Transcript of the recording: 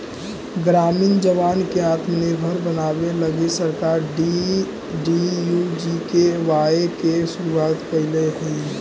ग्रामीण जवान के आत्मनिर्भर बनावे लगी सरकार डी.डी.यू.जी.के.वाए के शुरुआत कैले हई